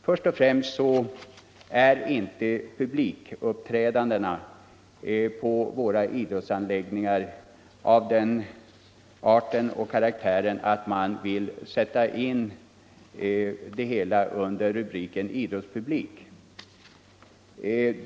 Först och främst är publikens uppträdande på våra idrottsanläggningar ofta av en art och karaktär som man inte vill sätta i samband med en idrottspublik.